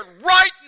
right